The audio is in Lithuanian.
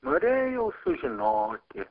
norėjau sužinoti